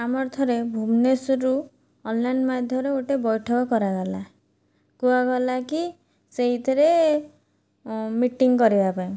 ଆମର ଥରେ ଭୁବନେଶ୍ୱରରୁ ଅନ୍ଲାଇନ୍ ମାଧ୍ୟମରେ ଗୋଟେ ବୈଠକ କରାଗଲା କୁହାଗଲାକି ସେଇଥିରେ ମିଟିଂ କରିବା ପାଇଁ